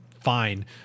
fine